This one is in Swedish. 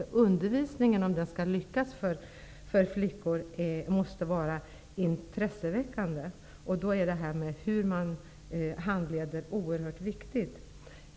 Om undervisningen för flickor skall lyckas, måste den vara intresseväckande, och då är det oerhört viktigt hur man handleder.